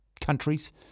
countries